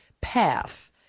path